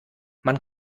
man